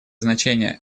значение